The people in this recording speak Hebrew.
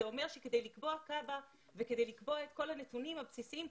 זה אומר שכדי לקבוע קב"א וכדי לקבוע את כל הנתונים הבסיסיים,